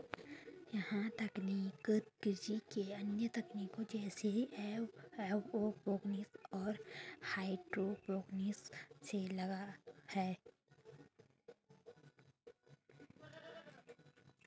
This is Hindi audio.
यह तकनीक कृषि की अन्य तकनीकों जैसे एक्वापॉनिक्स और हाइड्रोपोनिक्स से अलग है